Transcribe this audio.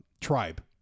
tribe